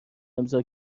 امضا